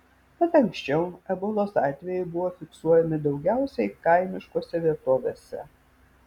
mat anksčiau ebolos atvejai buvo fiksuojami daugiausiai kaimiškose vietovėse